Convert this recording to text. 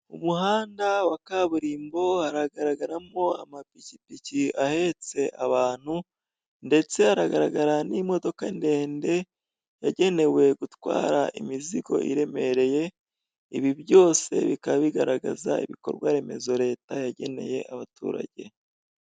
Umuhanda wa kaburimbo, haragaragaramo amapikipiki ahetse abantu, ndetse haragaragara n'imodoka ndende, yangenewe gutwara imizigo iremereye, ibi byose bikaba bigaragaza ibikorwa remezo leta yageneye abaturage.